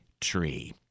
tree